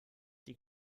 die